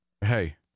Hey